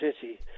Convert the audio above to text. city